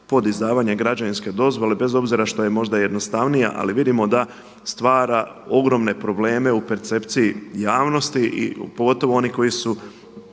pod izdavanje građevinske dozvole bez što je možda jednostavnija. Ali vidimo da stvara ogromne probleme u percepciji javnosti pogotovo onih koji su